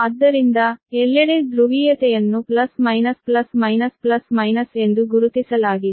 ಆದ್ದರಿಂದ ಎಲ್ಲೆಡೆ ಧ್ರುವೀಯತೆಯನ್ನು plus minus plus minus plus minus ಎಂದು ಗುರುತಿಸಲಾಗಿದೆ